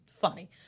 funny